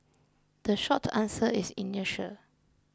the short answer is inertia